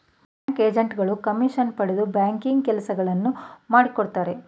bank agent ಗಳು commission ಪಡೆದು banking ಕೆಲಸಗಳನ್ನು ಮಾಡಿಕೊಡುತ್ತಾರೆ